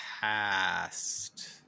past